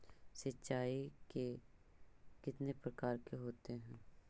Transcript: सिंचाई कितने प्रकार के होते हैं?